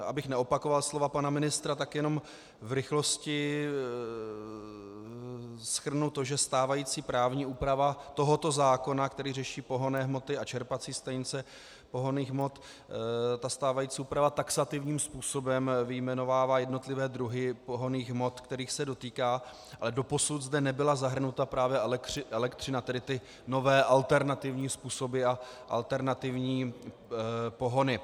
Abych neopakoval slova pana ministra, tak jenom v rychlosti shrnu to, že stávající právní úprava tohoto zákona, který řeší pohonné hmoty a čerpací stanice pohonných hmot, ta stávající úprava taxativním způsobem vyjmenovává jednotlivé druhy pohonných hmot, kterých se dotýká, ale doposud zde nebyla zahrnuta právě elektřina, tedy ty nové alternativní způsoby a alternativní pohony.